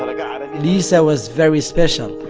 and lisa was very special.